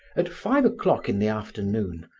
at five o'clock in the afternoon,